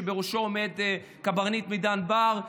שבראשו עומד קברניט מידן בר,